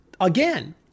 Again